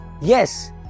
Yes